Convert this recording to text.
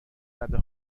رده